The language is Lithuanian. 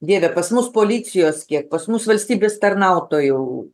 dieve pas mus policijos kiek pas mus valstybės tarnautojų